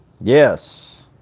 Yes